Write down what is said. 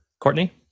Courtney